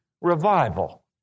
revival